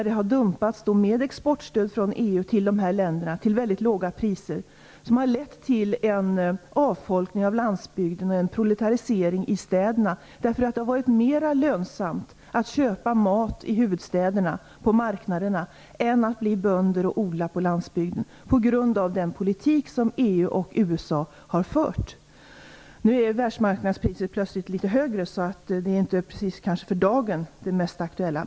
Det har dumpats, med exportstöd från EU till de här länderna, till väldigt låga priser. Detta har lett till en avfolkning av landsbygden och till en proletarisering i städerna. Det har nämligen varit mera lönsamt att köpa mat på marknaderna i huvudstäderna än att bli bönder och odla på landsbygden; detta alltså just på grund av den politik som EU och USA har fört. Plötsligt har nu världsmarknadspriset blivit litet högre, så det är kanske inte för dagen det som är det mest aktuella.